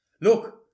Look